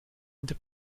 into